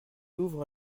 ouvre